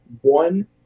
one